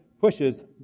pushes